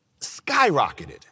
skyrocketed